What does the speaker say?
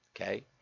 Okay